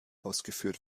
ausgeführt